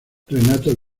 renato